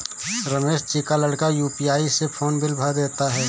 रमेश जी का लड़का यू.पी.आई से फोन बिल भर देता है